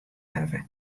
hawwe